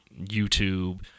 YouTube